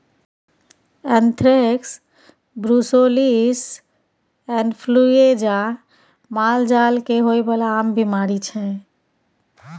anthrax, brucellosis influenza मालजाल केँ होइ बला आम बीमारी छै